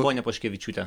ponia paškevičiūte